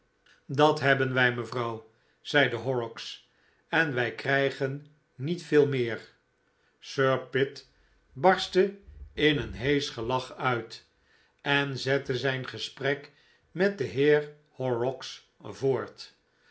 dat hebben wij mevrouw zeide horrocks en wij krijgen niet veel meer sir pitt barstte in een heesch gelach uit en zette zijn gesprek met den heer horrocks voort